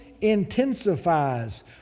intensifies